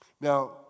Now